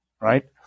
right